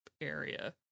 area